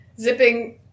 zipping